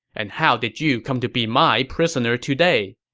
and how did you come to be my prisoner today?